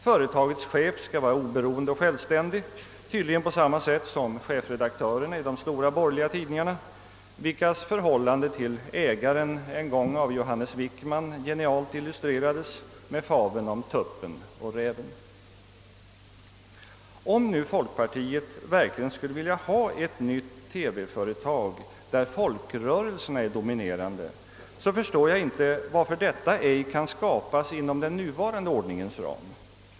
Företagets chef skall vara oberoende och självständig — tydligen på samma sätt som chefredaktörerna i de stora borgerliga tidningarna, vilkas förhållande till ägaren en gång av Johannes Wickman genialt illustrerades med fabeln om tuppen och räven. Om nu folkpartiet verkligen skulle vilja ha ett nytt TV-företag där folkrörelserna är dominerande förstår jag inte varför detta ej kan skapas inom den nuvarande ordningens ram.